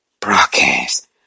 broadcast